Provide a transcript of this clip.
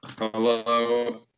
Hello